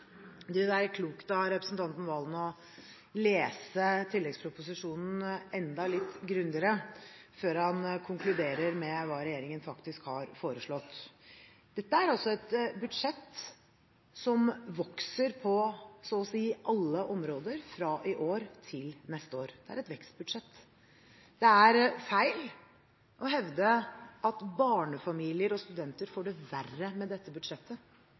hva regjeringen faktisk har foreslått. Dette er et budsjett som vokser på så å si alle områder fra i år til neste år. Det er et vekstbudsjett. Det er feil å hevde at barnefamilier og studenter får det verre med dette budsjettet.